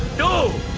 know